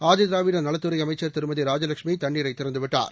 ஆதிதிராவிட நலத்துறை அமைச்சர் திருமதி ராஜலட்சுமி தண்ணீரை திறந்து விட்டார்